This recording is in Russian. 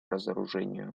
разоружению